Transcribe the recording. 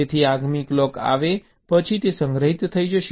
તેથી આગલી ક્લોક આવે પછી તે સંગ્રહિત થઈ જશે